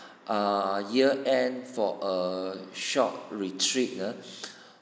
err year and for a short retreat ah